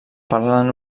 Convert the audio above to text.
parlen